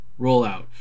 rollout